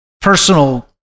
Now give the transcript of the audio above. personal